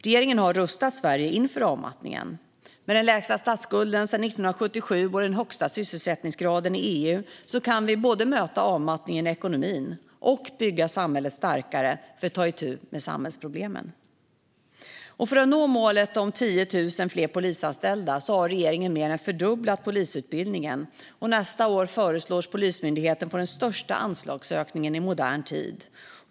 Regeringen har rustat Sverige inför avmattningen. Med den lägsta statsskulden sedan 1977 och den högsta sysselsättningsgraden i EU kan vi både möta avmattningen i ekonomin och bygga samhället starkare för att ta itu med samhällsproblemen. För att nå målet om 10 000 fler polisanställda har regeringen mer än fördubblat polisutbildningen. Nästa år föreslås Polismyndigheten få den största anslagsökningen i modern tid.